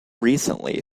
recently